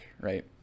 right